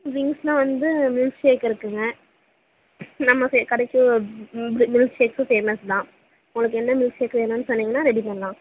ட்ரிங்க்ஸில் வந்து milkshake இருக்குதுங்க நம்ம கடைக்கு மில்க் ஷேக்கும் ஃபேமஸ் தான் உங்களுக்கு என்ன மில்க் ஷேக் வேணுன்னு சொன்னிங்கன்னால் ரெடி பண்ணலாம்